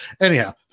Anyhow